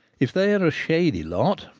if they are a shady lot,